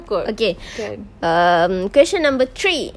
okay um question number three